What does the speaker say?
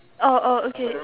oh oh okay